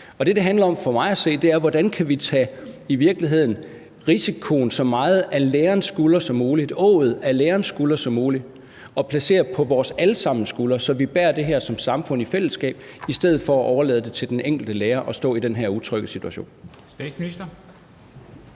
virkeligheden, hvordan vi kan tage risikoen, åget, så meget af lærerens skuldre som muligt og placere på vores alle sammens skuldre, så vi bærer det her som samfund i fællesskab i stedet for at overlade det til den enkelte lærer at stå i den her utrygge situation.